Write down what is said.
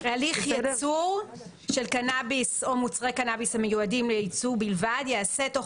"הליך ייצור של קנאביס או מוצרי קנאביס המיועדים לייצוא בלבד ייעשה תוך